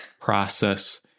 process